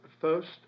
first